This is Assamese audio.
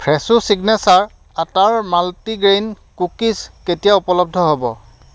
ফ্ৰেছো চিগনেচাৰ আটাৰ মাল্টিগ্ৰেইন কুকিজ কেতিয়া উপলব্ধ হ'ব